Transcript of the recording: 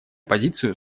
позицию